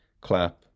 clap